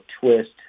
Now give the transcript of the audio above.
twist